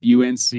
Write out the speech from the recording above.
UNC